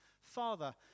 Father